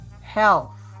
health